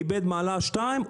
איבד מעלה אחת-שתיים,